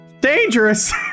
dangerous